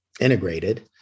integrated